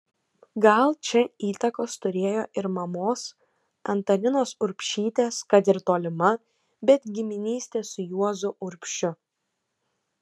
gal čia įtakos turėjo ir mamos antaninos urbšytės kad ir tolima bet giminystė su juozu urbšiu